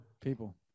People